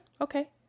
okay